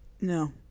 No